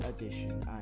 edition